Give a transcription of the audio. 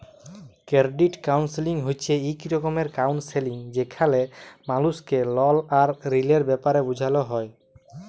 credit counselling হছে ইক রকমের কাউলসেলিংযেখালে মালুসকে লল আর ঋলের ব্যাপারে বুঝাল হ্যয়